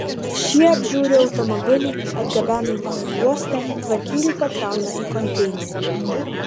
šie apžiūri automobilį atgabena jį į uostą tvarkingai pakrauna į konteinerį